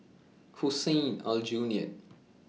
Hussein Aljunied